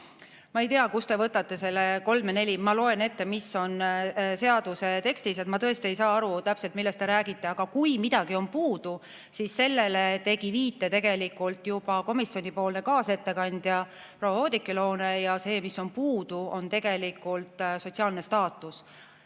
Ma ei tea, kust te võtate selle kolm ja neli. Ma loen ette, mis on seaduse tekstis. Ma tõesti ei saa täpselt aru, millest te räägite, aga kui midagi on puudu, siis sellele tegi viite juba komisjoni kaasettekandja proua Oudekki Loone. See, mis on puudu, on tegelikult sotsiaalne staatus.